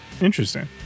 Interesting